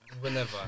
whenever